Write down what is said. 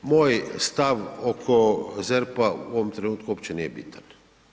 Moj stave oko ZERP-a u ovom trenutku uopće nije bitan.